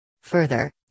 Further